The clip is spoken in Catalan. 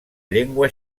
llengua